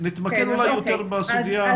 נתמקד אולי יותר בסוגיה.